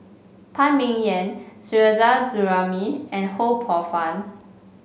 Phan Ming Yen Suzairhe Sumari and Ho Poh Fun